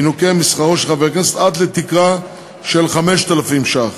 ינוכה משכרו של חבר הכנסת, עד לתקרה של 5,000 ש"ח.